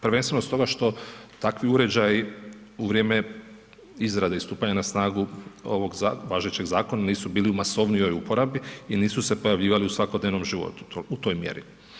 Prvenstveno stoga što takvi uređaji u vrijeme izrade i stupanja na snagu ovog važećeg zakona nisu bili u masovnijoj uporabi i nisu se pojavljivali u svakodnevnom životu u toj mjeri.